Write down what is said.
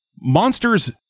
monsters